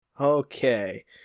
Okay